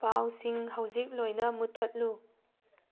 ꯄꯥꯎꯁꯤꯡ ꯍꯧꯖꯤꯛ ꯂꯣꯏꯅ ꯃꯨꯠꯊꯠꯂꯨ